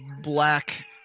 black